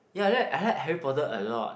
ya that I had Harry-Potter a lot